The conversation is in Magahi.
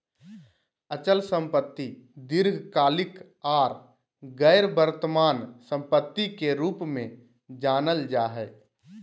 अचल संपत्ति दीर्घकालिक आर गैर वर्तमान सम्पत्ति के रूप मे जानल जा हय